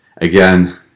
again